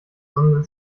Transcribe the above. sondern